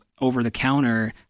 over-the-counter